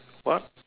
what